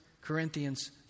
Corinthians